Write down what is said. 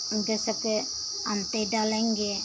उनके सबके अंतै डालेंगे